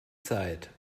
zeit